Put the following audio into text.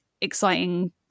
exciting